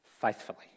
faithfully